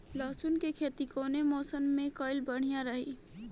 लहसुन क खेती कवने मौसम में कइल बढ़िया रही?